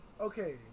okay